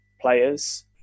players